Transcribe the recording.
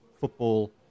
football